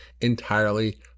entirely